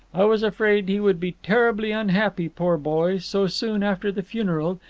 i was afraid he would be terribly unhappy, poor boy, so soon after the funeral,